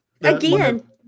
Again